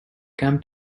come